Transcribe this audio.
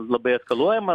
labai eskaluojama